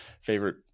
favorite